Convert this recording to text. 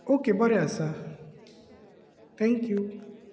okay बरें आसा thank you